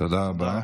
תודה רבה.